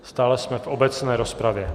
Stále jsme v obecné rozpravě.